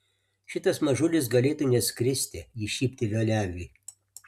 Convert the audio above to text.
šitas mažulis galėtų net skristi ji šyptelėjo leviui